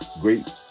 great